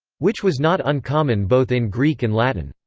which was not uncommon both in greek and latin.